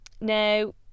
now